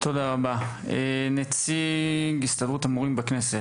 תודה רבה, נציג הסתדרות המורים בכנסת.